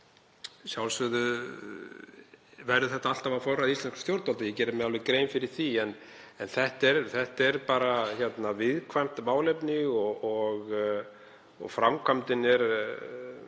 sjálfsögðu verður þetta alltaf á forræði íslenskra stjórnvalda, ég geri mér alveg grein fyrir því. En þetta er bara viðkvæmt málefni og framkvæmdin er